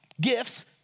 gifts